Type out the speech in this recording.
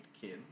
kids